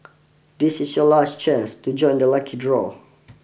this is your last chance to join the lucky draw